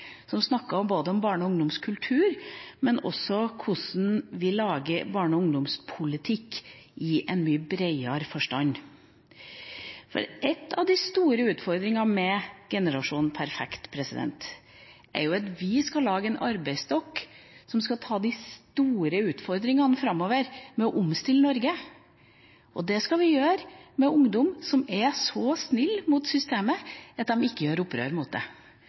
om barne- og ungdomskultur, men også om hvordan vi lager barne- og ungdomspolitikk i en mye bredere forstand. For en av de store utfordringene med «Generasjon perfekt» er jo at vi skal lage en arbeidsstokk som skal ta de store utfordringene framover med å omstille Norge, og det skal vi gjøre med ungdom som er så snille mot systemet at de ikke gjør opprør mot det.